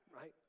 Right